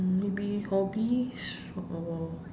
um maybe hobbies or